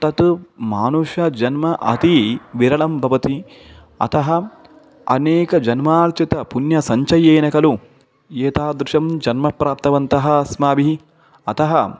तत् मानुषजन्म अति विरलं भवति अतः अनेकजन्मार्जितपुण्यसञ्चयेन खलु एतादृशं जन्म प्राप्तवन्तः अस्माभिः अतः